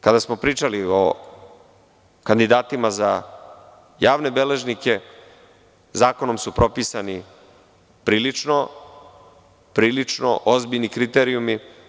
Kada smo pričali o kandidatima za javne beležnike, zakonom su propisani prilično ozbiljni kriterijumi.